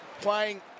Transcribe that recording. Playing